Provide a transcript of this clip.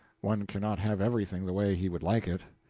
one cannot have everything the way he would like it.